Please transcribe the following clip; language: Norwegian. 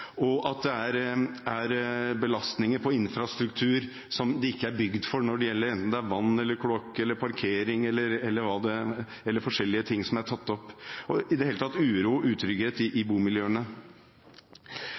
ting, og at det er belastninger på infrastruktur som det ikke er bygd for – enten det er vann, kloakk, parkering eller andre ting som er tatt opp – i det hele tatt uro og utrygghet i